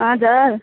हजुर